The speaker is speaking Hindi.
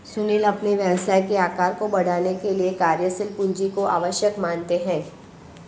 सुनील अपने व्यवसाय के आकार को बढ़ाने के लिए कार्यशील पूंजी को आवश्यक मानते हैं